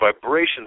vibrations